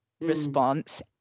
response